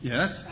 Yes